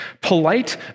polite